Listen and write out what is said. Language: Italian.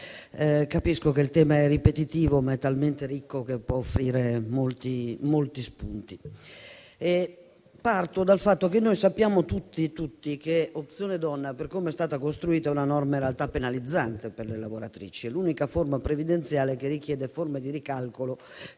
Capisco che il tema è ripetitivo, ma è talmente ricco che può offrire molti spunti. Parto dal fatto che noi sappiamo tutti che Opzione donna, per come è stata costruita, è una norma in realtà penalizzante per le lavoratrici. È l'unica forma previdenziale che richiede forme di ricalcolo